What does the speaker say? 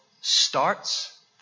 starts